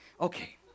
Okay